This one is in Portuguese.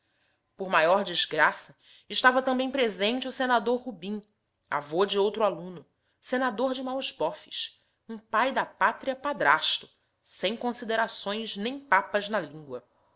por maior desgraça estava também presente o senador rubim avó de outro aluno senador de maus bofes um pai da pátria padrasto sem considerações nem papas na língua